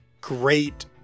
great